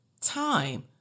time